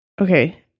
Okay